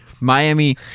Miami